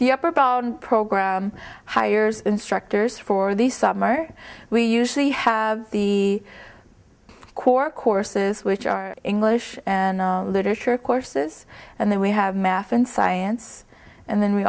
the upper bound program hires instructors for the summer we usually have the core courses which are english and literature courses and then we have math and science and then we